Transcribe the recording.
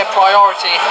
priority